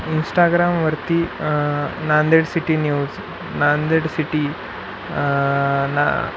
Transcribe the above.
इनस्टाग्रामवरती Nanded city news Nanded city ना